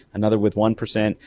another with one percent,